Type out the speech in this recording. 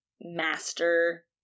master